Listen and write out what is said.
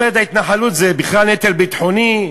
אומרת שההתנחלות זה בכלל נטל ביטחוני,